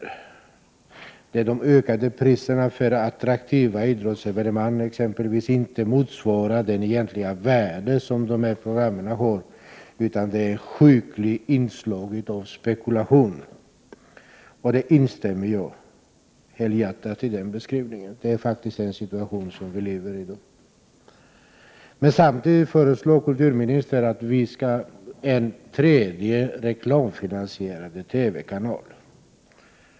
Han har påpekat att de ökade priserna för exempelvis attraktiva idrottsevenemang inte motsvarar det egentliga värde dessa program har, utan är ett sjukligt inslag av spekulation. Jag instämmer helhjärtat i den beskrivningen. Detta är faktiskt den situation vi lever i i dag. Samtidigt föreslår kulturministern att vi skall ha en tredje, reklamfinansierad TV-kanal.